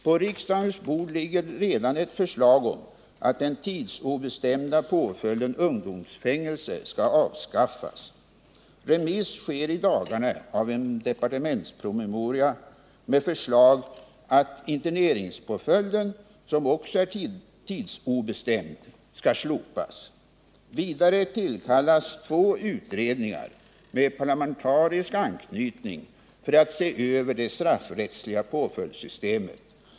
På riksdagens bord ligger redan ett förslag om att den tidsobestämda påföljden ungdomsfängelse skall avskaffas. Remiss sker i dagarna av en departementspromemoria med förslag att även interneringspåföljden, som också är tidsobestämd, skall slopas. Vidare tillkallas två utredningar med parlamentarisk anknytning för att se över det straffrättsliga påföljdssystemet.